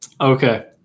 okay